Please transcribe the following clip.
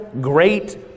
great